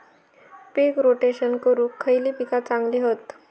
पीक rotation करूक खयली पीका चांगली हत?